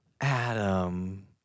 Adam